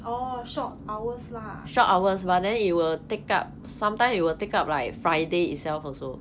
orh short hours lah